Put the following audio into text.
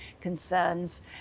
concerns